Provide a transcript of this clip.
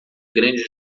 grande